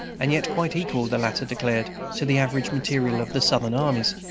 and yet quite equal, the latter declared, to the average material of the southern armies.